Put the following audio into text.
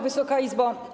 Wysoka Izbo!